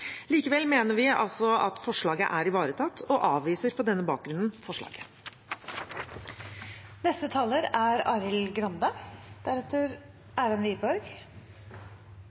Likevel mener vi altså at forslaget er ivaretatt, og avviser på denne bakgrunn forslaget.